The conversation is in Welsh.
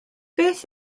beth